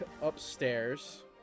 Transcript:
upstairs